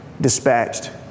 dispatched